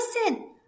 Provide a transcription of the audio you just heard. listen